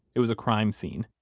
it was a crime scene.